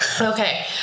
okay